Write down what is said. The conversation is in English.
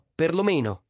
perlomeno